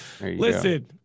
Listen